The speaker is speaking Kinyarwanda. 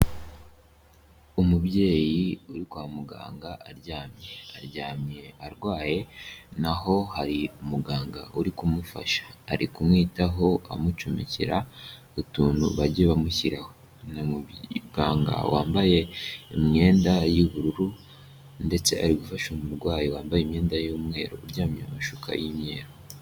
Umubyeyi uri kwa muganga aryamye. Aryamye arwaye, naho hari umuganga uri kumufasha, ari kumwitaho amucomekera utuntu bagiye bamushyiraho. Ni umuganga wambaye imyenda y'ubururu ndetse ari gufasha umurwayi wambaye imyenda y'umweru uryamye amashuka y'imyeru.